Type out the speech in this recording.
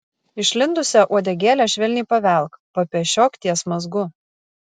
išlindusią uodegėlę švelniai pavelk papešiok ties mazgu